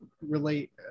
relate